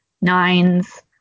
nines